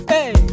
Hey